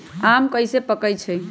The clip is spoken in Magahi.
आम कईसे पकईछी?